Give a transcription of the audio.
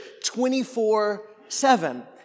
24-7